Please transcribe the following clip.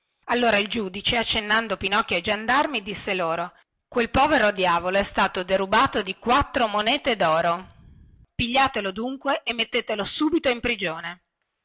allora il giudice accennando pinocchio ai giandarmi disse loro quel povero diavolo è stato derubato di quattro monete doro pigliatelo dunque e mettetelo subito in prigione